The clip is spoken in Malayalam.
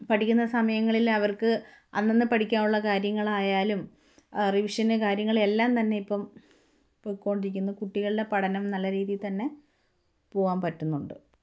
പഠിക്കുന്ന സമയങ്ങളിൽ അവർക്ക് അന്നന്നു പഠിക്കാനുള്ള കാര്യങ്ങളായാലും റിവിഷന് കാര്യങ്ങള് എല്ലാം തന്നെ ഇപ്പോള് പൊയ്ക്കൊണ്ടിരിക്കുന്നു കുട്ടികളുടെ പഠനം നല്ല രീതിയില്ത്തന്നെ പോവാൻ പറ്റുന്നുണ്ട്